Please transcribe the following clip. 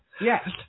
yes